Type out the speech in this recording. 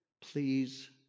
please